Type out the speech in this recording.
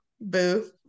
Boo